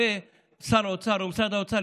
הרי שר האוצר או משרד האוצר,